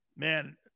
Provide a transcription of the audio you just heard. Man